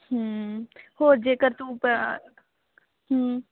ਹੋਰ ਜੇਕਰ ਤੂੰ